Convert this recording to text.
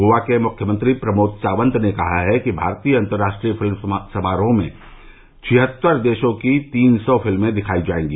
गोवा के मुख्यमंत्री प्रमोद साकंत ने कहा है कि भारतीय अंतर्राष्ट्रीय फिल्म समारोह में छियत्तर देशों की तीन सौ फिल्में दिखाई जाएगी